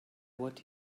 what